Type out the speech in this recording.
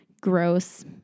gross